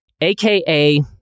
aka